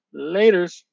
Laters